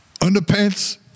underpants